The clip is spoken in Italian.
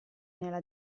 nella